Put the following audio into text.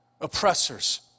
oppressors